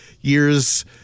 years